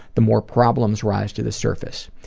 the more problems rise to the surface.